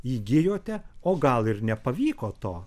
įgijote o gal ir nepavyko to